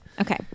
Okay